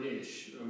ish